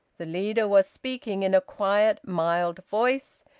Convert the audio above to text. the leader was speaking in a quiet, mild voice,